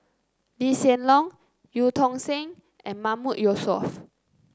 Lee Hsien Loong Eu Tong Sen and Mahmood Yusof